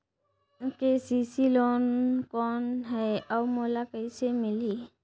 KCC loan कौन हे अउ मोला कइसे मिलही?